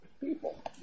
people